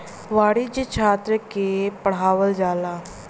वाणिज्य छात्र के पढ़ावल जाला